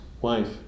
wife